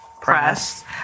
press